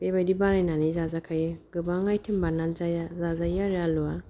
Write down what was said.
बेबायदि बानायनानै जाजाखायो गोबां आइटेम बानायनानै जायो जाजायो आरो आलुआ